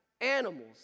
animals